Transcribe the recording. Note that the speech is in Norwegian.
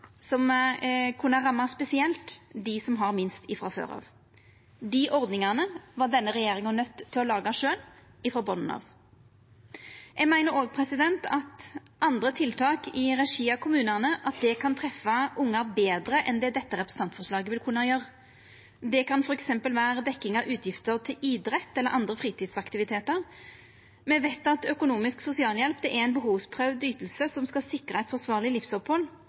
som kunne ramma spesielt dei som har minst frå før. Dei ordningane var denne regjeringa nøydd til å laga sjølv, ifrå botnen av. Eg meiner òg at andre tiltak i regi av kommunane kan treffa ungar betre enn det dette representantforslaget vil kunna gjera. Det kan f.eks. vera dekning av utgifter til idrett eller andre fritidsaktivitetar. Me veit at økonomisk sosialhjelp er ei behovsprøvd yting som skal sikra eit forsvarleg livsopphald.